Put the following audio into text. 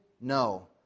No